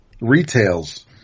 retails